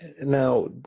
Now